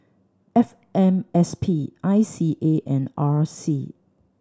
F M S P I C A and R C